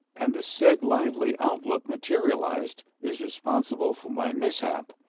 and the said lively outlook, materialized, is responsible for my mishap,